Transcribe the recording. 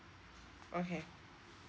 okay